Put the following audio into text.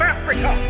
Africa